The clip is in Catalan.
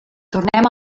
tornem